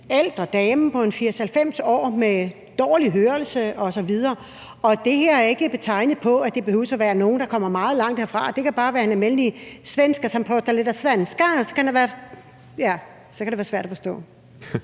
ældre dame på en 80-90 år med dårlig hørelse osv. Og det her er ikke beregnet på, at det behøver at være nogle, der kommer meget langt herfra. Det kan bare være en almindelig svensker, som pratar lite svenska, og – ja – så kan det være svært at forstå.